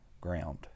ground